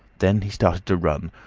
then he started to run,